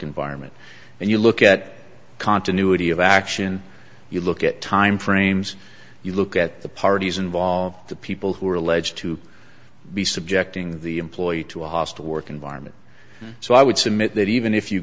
environment and you look at continuity of action you look at timeframes you look at the parties involved the people who are alleged to be subjecting the employee to a hostile work environment so i would submit that even if you